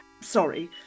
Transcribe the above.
Sorry